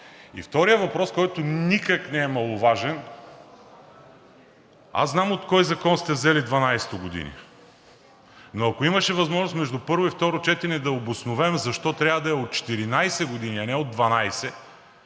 Вторият въпрос, който никак не е маловажен, аз знам от кой закон сте взели 12-те години. Но ако имаше възможност между първо и второ четене да обосновем защо трябва да е от 14 години, а не от 12,